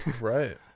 right